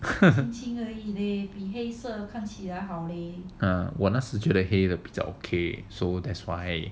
我那时觉得黑的比较 okay so that's why